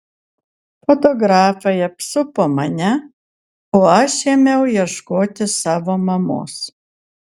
fotografai apsupo mane o aš ėmiau ieškoti savo mamos